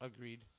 Agreed